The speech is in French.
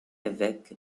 évêque